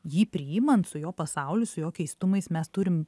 jį priimant su jo pasauliu su jo keistumais mes turim